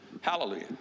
Hallelujah